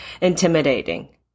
intimidating